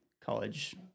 college